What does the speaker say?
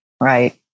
Right